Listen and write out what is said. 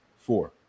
four